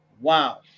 Wow